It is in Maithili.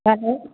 बाजू